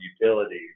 utilities